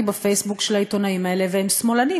בפייסבוק של העיתונאים האלה והם שמאלנים.